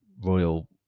royal